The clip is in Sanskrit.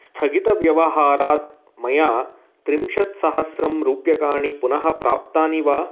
स्थगितव्यवहारात् मया त्रिंशत्सहस्रं रूप्यकाणि पुनः प्राप्तानि वा